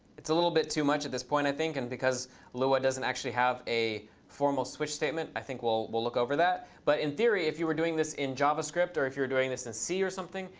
it's a little bit too much at this point, i think, and because lua doesn't actually have a formal switch statement, i think we'll we'll look over that. but in theory, if you were doing this in javascript or if you were doing this in c or something,